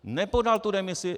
Nepodal tu demisi.